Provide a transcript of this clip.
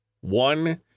one